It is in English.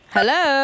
Hello